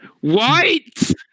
White